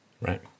right